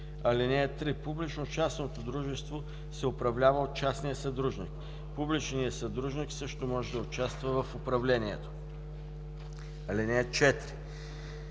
(3) Публично-частното дружество се управлява от частния съдружник. Публичният съдружник също може да участва в управлението. (4)